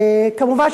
כמובן,